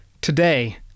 Today